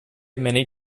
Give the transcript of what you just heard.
many